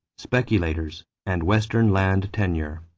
speculators, and western land tenure.